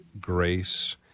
grace